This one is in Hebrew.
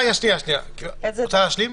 רוצה להשלים?